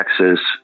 Texas